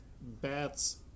bats